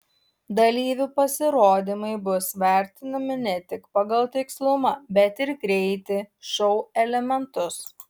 dalyvių pasirodymai bus vertinami ne tik pagal tikslumą bet ir greitį šou elementus